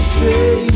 say